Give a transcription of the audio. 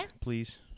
please